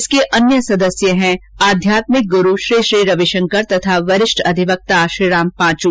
इसके अन्य सदस्य हैं आध्यात्मिक ग़्रू श्री श्री रवि शंकर तथा वरिष्ठ अधिवक्ता श्रीराम पांचू